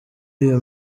iyo